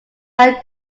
found